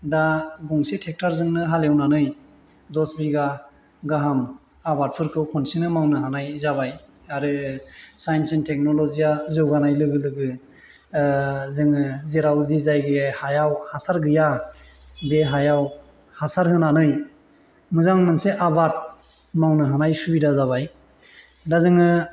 दा गंसे ट्रेक्ट'रजोंनो हालेवनानै दस बिगा गाहाम आबादफोरखौ खनसेनो मावनो हानाय जाबाय आरो साइन्स एण्ड टेक्न'ल'जिया जौगानाय लोगो लोगो जोङो जेराव जि जायगायाव हायाव हासार गैया बे हायाव हासार होनानै मोजां मोनसे आबाद मावनो हानाय सुबिदा जाबाय दा जोङो